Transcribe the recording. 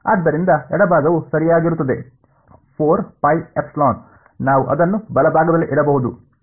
ಆದ್ದರಿಂದ ಎಡಭಾಗವು ಸರಿಯಾಗಿರುತ್ತದೆ ನಾವು ಅದನ್ನು ಬಲಭಾಗದಲ್ಲಿ ಇಡಬಹುದು